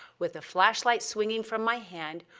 with the flashlight swinging from my hand,